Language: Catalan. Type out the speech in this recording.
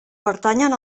pertanyen